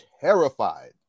terrified